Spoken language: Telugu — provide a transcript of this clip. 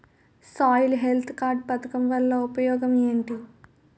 సాయిల్ హెల్త్ కార్డ్ పథకం వల్ల ఉపయోగం ఏంటి?